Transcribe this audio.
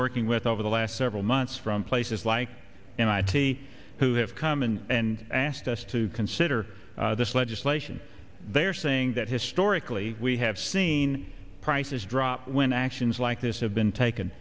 working with over the last several months from places like mit who have come in and asked us to consider this legislation they're saying that historically we have seen prices drop when actions like this have been taken